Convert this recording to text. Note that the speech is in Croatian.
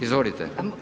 Izvolite.